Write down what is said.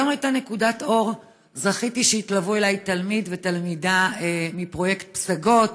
היום הייתה נקודת אור: זכיתי שיתלוו אליי תלמיד ותלמידה מפרויקט פסגות.